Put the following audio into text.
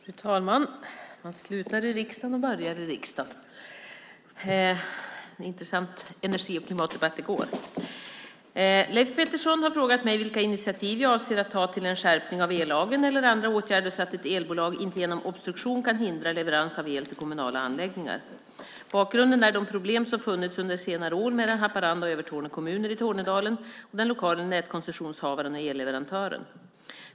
Fru talman! Man slutar i riksdagen och börjar i riksdagen. Det var en intressant energi och klimatdebatt i går. Leif Pettersson har frågat mig vilka initiativ jag avser att ta till en skärpning av ellagen eller andra åtgärder så att ett elbolag inte genom obstruktion kan hindra leverans av el till kommunala anläggningar. Bakgrunden är de problem som funnits under senare år mellan Haparanda och Övertorneå kommuner i Tornedalen och den lokala nätkoncessionshavaren och elleverantören.